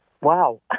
wow